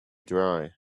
dry